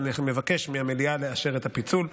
אני מבקש מהמליאה לאשר את הפיצול.